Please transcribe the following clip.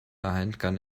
handgun